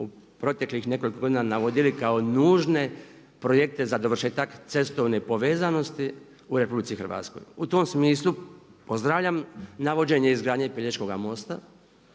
u proteklih nekoliko godina navodili kao nužne projekte za dovršetak cestovne povezanosti u RH. U tom smislu pozdravljam navođenje izgradnje Pelješkoga mosta,